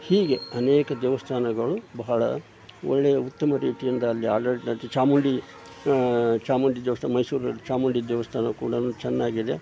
ಹೀಗೆ ಅನೇಕ ದೇವಸ್ಥಾನಗಳು ಬಹಳ ಒಳ್ಳೆಯ ಉತ್ತಮ ರೀತಿಯಿಂದ ಅಲ್ಲಿ ಆಡಳಿತ ಚಾಮುಂಡಿ ಚಾಮುಂಡಿ ದೇವಸ್ಥಾನ ಮೈಸೂರು ಚಾಮುಂಡಿ ದೇವಸ್ಥಾನ ಕೂಡನೂ ಚೆನ್ನಾಗಿದೆ